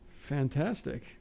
Fantastic